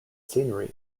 scenery